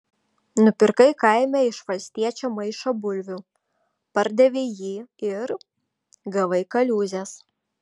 nupirkai kaime iš valstiečio maišą bulvių pardavei jį ir gavai kaliūzės